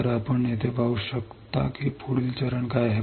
तर आपण येथे पाहू शकता की पुढील चरण काय आहे